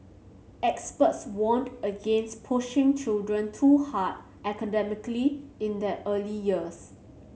experts warned against pushing children too hard academically in their early years